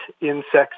insects